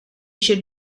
should